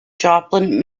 joplin